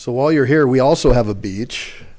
so while you're here we also have a beach